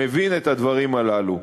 מבין את הדברים הללו.